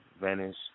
Venice